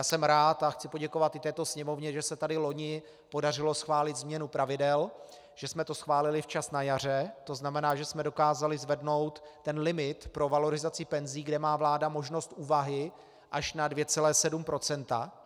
Jsem rád, a chci poděkovat i této Sněmovně, že se tady loni podařilo schválit změnu pravidel, že jsme to schválili včas na jaře, to znamená, že jsme dokázali zvednout limit pro valorizaci penzí, kde má vláda možnost úvahy, až na 2,7 %.